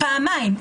פעמיים.